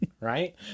Right